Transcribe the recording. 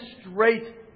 straight